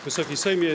Wysoki Sejmie!